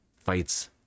fights